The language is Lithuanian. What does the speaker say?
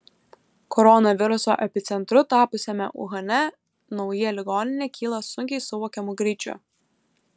koronaviruso epicentru tapusiame uhane nauja ligoninė kyla sunkiai suvokiamu greičiu